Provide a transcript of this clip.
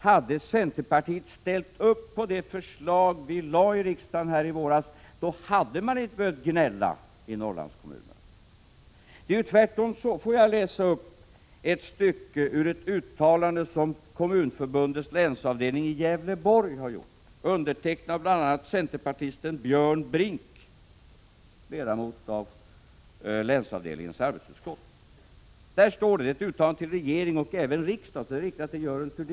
Hade centerpartiet ställt upp på det förslag som vi lade fram i riksdagen i våras hade dessa människor i Norrlandskommunerna inte behövt gnälla — tvärtom. Jag skall läsa upp ett stycke ur ett uttalande från Kommunförbundets länsavdelning i Gävleborg som är undertecknat bl.a. av centerpartisten Björn Brink, ledamot av länsavdelningens arbetsutskott. Det är ett uttalande till regering och även till riksdag, så det är riktat även till Görel Thurdin.